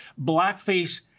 Blackface